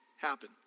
happen